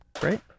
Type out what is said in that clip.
Great